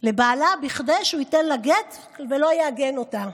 לבעלה כדי שהוא ייתן לה גט ולא יעגן אותה.